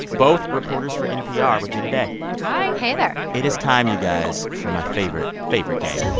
both reporters for npr, with me today hi hey there it is time, you guys, for my favorite, favorite game